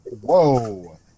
Whoa